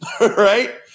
right